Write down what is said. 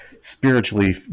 spiritually